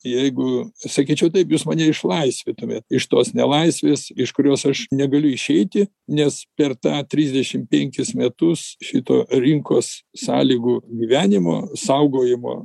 jeigu sakyčiau taip jūs mane išlaisvintumėt iš tos nelaisvės iš kurios aš negaliu išeiti nes per tą trisdešim penkis metus šito rinkos sąlygų gyvenimo saugojimo